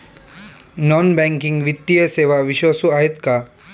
Non banking वित्तीय सेवा विश्वासू आहेत का?